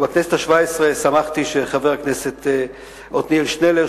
ובכנסת השמונה-עשרה שמחתי שחבר הכנסת עתניאל שנלר,